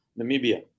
Namibia